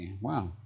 Wow